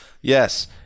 yes